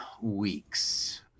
weeks